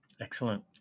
excellent